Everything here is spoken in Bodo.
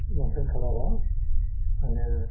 लंफेन खालारा माने